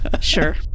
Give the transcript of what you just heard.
sure